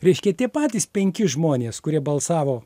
reiškia tie patys penki žmonės kurie balsavo